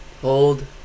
Hold